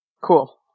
Cool